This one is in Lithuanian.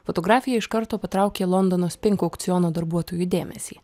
fotografija iš karto patraukė londono spink aukciono darbuotojų dėmesį